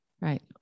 right